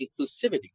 inclusivity